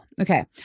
Okay